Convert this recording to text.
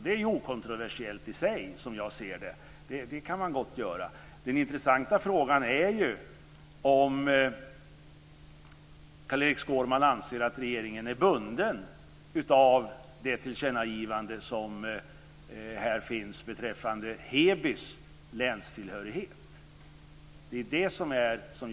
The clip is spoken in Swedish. Det är okontroversiellt i sig, som jag ser det, det kan man gott göra. Den intressanta frågan är om Carl-Erik Skårman anser att regeringen är bunden av det tillkännagivande som här finns beträffande Hebys länstillhörighet.